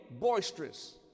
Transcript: boisterous